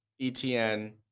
ETN